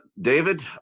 David